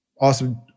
awesome